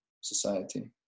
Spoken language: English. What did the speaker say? society